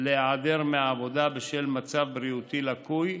להיעדר מהעבודה בשל מצב בריאותי לקוי,